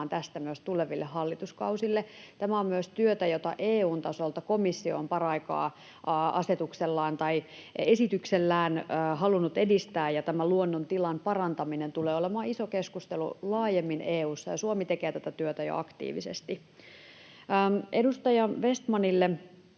tästä myös tuleville hallituskausille. Tämä on myös työtä, jota EU:n tasolta komissio on paraikaa asetuksellaan tai esityksellään halunnut edistää. Luonnon tilan parantaminen tulee olemaan iso keskustelu laajemmin EU:ssa, ja Suomi tekee tätä työtä jo aktiivisesti. Edustaja Vestmanille: